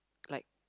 like